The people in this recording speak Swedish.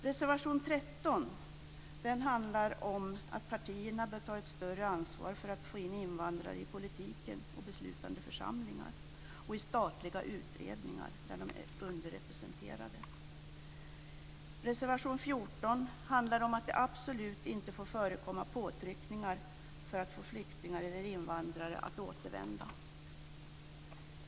Reservation 13 handlar om att partierna bör ta ett större ansvar för att få in invandrare i politiken, i beslutande församlingar och i statliga utredningar, där de är underrepresenterade. Reservation 14 handlar om att det absolut inte får förekomma påtryckningar för att få flyktingar eller invandrare att återvända.